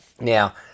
now